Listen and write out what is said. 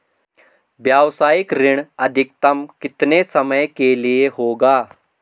व्यावसायिक ऋण अधिकतम कितने समय के लिए होगा?